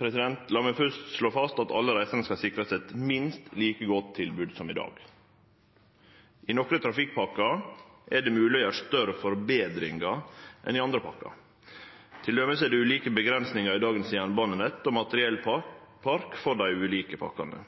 La meg først slå fast at alle reisande skal sikrast eit minst like godt tilbod som i dag. I nokre trafikkpakker er det mogleg å gjere større forbetringar enn i andre pakker. Til dømes er det ulike avgrensingar i dagens jernbanenett og materiellpark for dei ulike pakkene.